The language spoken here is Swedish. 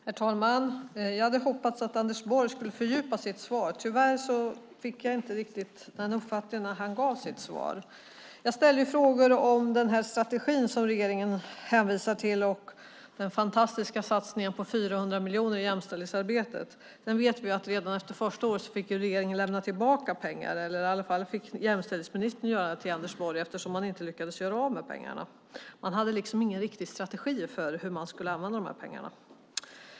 Herr talman! Jag hade hoppats att Anders Borg skulle fördjupa sitt svar. Tyvärr fick jag inte riktigt den uppfattningen när han gav sitt svar. Jag ställde frågor om den strategi som regeringen hänvisar till och den fantastiska satsningen på 400 miljoner i jämställdhetsarbetet. Vi vet att jämställdhetsministern redan efter första året fick lämna tillbaka pengar till Anders Borg, eftersom man inte lyckades göra av med pengarna. Man hade ingen riktig strategi för hur man skulle använda pengarna.